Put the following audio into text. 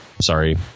Sorry